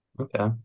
Okay